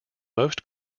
most